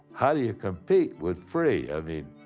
how do you compete with free? i mean.